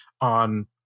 on